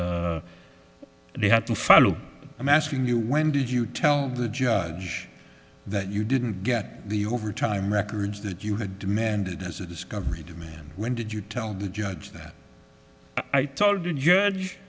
two they had to follow i'm asking you when did you tell the judge that you didn't get the overtime records that you had demanded as a discovery demand when did you tell the judge that i told the judge